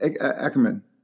Ackerman